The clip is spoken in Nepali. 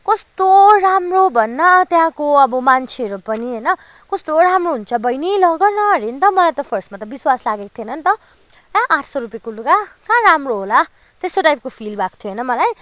कस्तो राम्रो भन न त्यहाँको अब मान्छेहरू पनि होइन कस्तो राम्रो हुन्छ बहिनी लैजाऊ न अरे नि त फर्स्टमा त विश्वास लागेको थिएन नि त कहाँ आठ सौ रुपियाँको लुगा कहाँ राम्रो होला त्यस्तो टाइपको फिल भएको थियो होइन मलाई